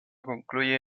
concluye